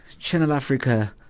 channelafrica